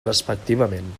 respectivament